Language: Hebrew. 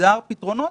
נגזרים פתרונות,